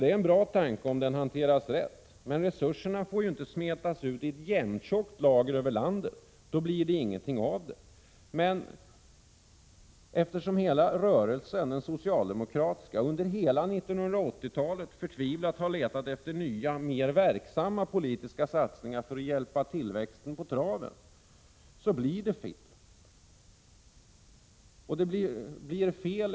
Det är en bra tanke, om den hanteras rätt, men resurserna får inte smetas ut i ett jämntjockt lager över hela landet. Då blir det inget av det hela. Men eftersom hela den socialdemokratiska rörelsen under hela 1980-talet förtvivlat har letat efter nya, mer verksamma politiska satsningar för att hjälpa tillväxten på traven blir det fel.